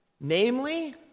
namely